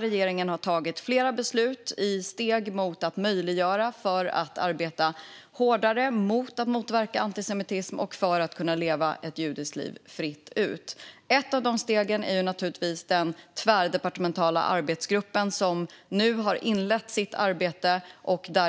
Regeringen har tagit flera beslut som är steg på vägen för att möjliggöra att arbeta hårdare mot antisemitism och för att människor ska kunna leva ett fritt, judiskt liv. Ett av de stegen är den tvärdepartementala arbetsgrupp som nu har inlett sitt arbete.